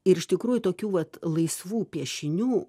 ir iš tikrųjų tokių vat laisvų piešinių